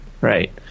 right